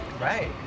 Right